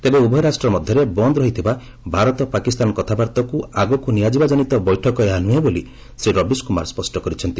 ତେବେ ଉଭୟ ରାଷ୍ଟ୍ର ମଧ୍ୟରେ ବନ୍ଦ ରହିଥିବା ଭାରତ ପାକିସ୍ତାନ କଥାବାର୍ତ୍ତାକୁ ଆଗକୁ ନିଆଯିବା କନିତ ବୈଠକ ଏହା ନୁହେଁ ବୋଲି ଶ୍ରୀ ରବିଶ କୁମାର ସ୍ୱଷ୍ଟ କରିଛନ୍ତି